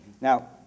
Now